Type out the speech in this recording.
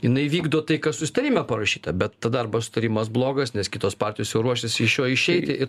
jinai vykdo tai kas susitarime parašyta bet tada arba sutarimas blogas nes kitos partijos jau ruošiasi iš jo išeiti ir